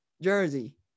jersey